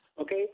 Okay